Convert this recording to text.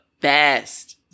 best